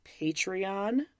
Patreon